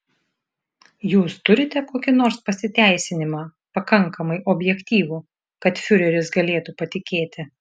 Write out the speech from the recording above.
jūs turite kokį nors pasiteisinimą pakankamai objektyvų kad fiureris galėtų patikėti